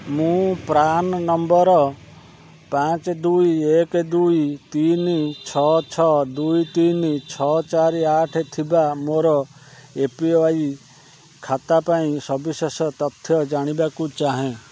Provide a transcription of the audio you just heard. ମୁଁ PRAN number ପାଞ୍ଚ ଦୁଇ ଏକ ଦୁଇ ତିନି ଛଅ ଛଅ ଦୁଇ ତିନି ଛଅ ଚାରି ଆଠ ଥିବା ମୋର ଏ ପି ୱାଇ ଖାତା ପାଇଁ ସବିଶେଷ ତଥ୍ୟ ଜାଣିବାକୁ ଚାହେଁ